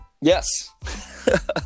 Yes